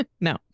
no